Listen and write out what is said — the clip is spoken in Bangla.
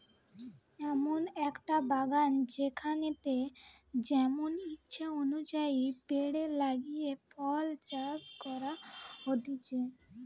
এমন একটো বাগান যেখানেতে যেমন ইচ্ছে অনুযায়ী পেড় লাগিয়ে ফল চাষ করা হতিছে